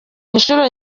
inshuro